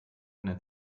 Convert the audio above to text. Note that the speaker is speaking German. eine